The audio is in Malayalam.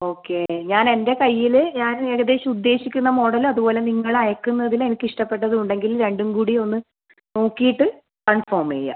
ഓക്കെ ഞാൻ എൻ്റെ കയ്യിൽ ഞാൻ ഏകദേശം ഉദ്ദേശിക്കുന്ന മോഡല് അതുപോലെ നിങ്ങൾ അയക്കുന്നതിൽ എനിക്ക് ഇഷ്ടപ്പെട്ടതും ഉണ്ടെങ്കിൽ രണ്ടും കൂടി ഒന്ന് നോക്കിയിട്ട് കൺഫോമ് ചെയ്യാം